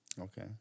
okay